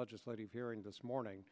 legislative hearing this morning